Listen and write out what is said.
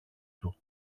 του